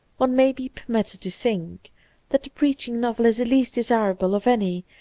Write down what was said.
one may be permitted to think that the preach ing novel is the least desirable of any,